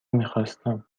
میخواستم